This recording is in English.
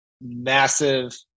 massive